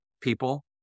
people